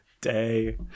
Day